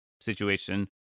situation